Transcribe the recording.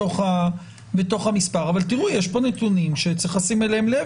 אבל יש פה נתונים שצריך לשים אליהם לב,